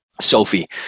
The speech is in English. Sophie